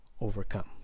overcome